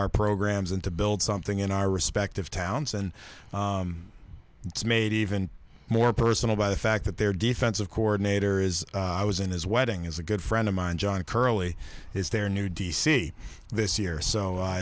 our programs and to build something in our respective towns and it's made even more personal by the fact that their defensive coordinator is i was in his wedding is a good friend of mine john curley is their new d c this year so